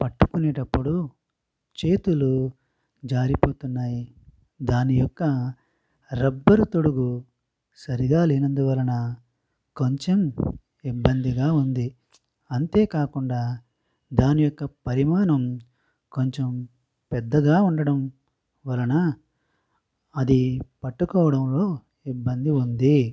పట్టుకునేటప్పుడు చేతులు జారిపోతున్నాయి దాని యొక్క రబ్బరు తొడుగు సరిగా లేనందువలన కొంచెం ఇబ్బందిగా ఉంది అంతే కాకుండా దాని యొక్క పరిమాణం కొంచెం పెద్దగా ఉండడం వలన అది పట్టుకోవడంలో ఇబ్బంది ఉంది